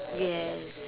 yes